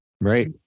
Right